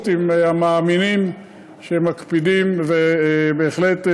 עם המאמינים שמקפידים ובהחלט נותנים.